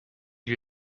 lui